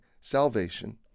salvation